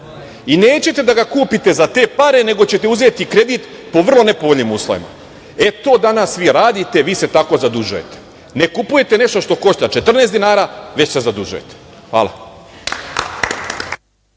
i nećete da ga kupite za te pare nego ćete uzeti kredit po vrlo nepovoljnim uslovima. To danas vi radite, vi se tako zadužujete. Ne kupujete nešto što košta 14 dinara, već se zadužujete. Hvala.